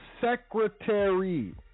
secretary